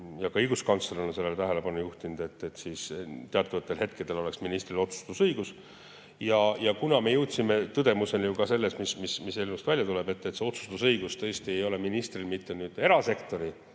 Ka õiguskantsler on sellele tähelepanu juhtinud, et teatavatel hetkedel oleks ministril otsustusõigus. Kuna me jõudsime tõdemusele, mis sellest eelnõust välja tuleb, et see otsustusõigus tõesti ei ole ministril mitte erasektorile